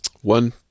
One